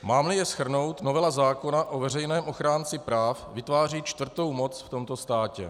Mámli je shrnout, novela zákona o veřejném ochránci práv vytváří čtvrtou moc v tomto státě.